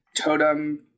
totem